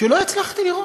שלא הצלחתי לראות.